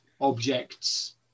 objects